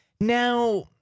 Now